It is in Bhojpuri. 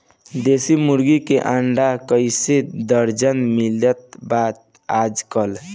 देशी मुर्गी के अंडा कइसे दर्जन मिलत बा आज कल?